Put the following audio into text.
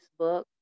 Facebook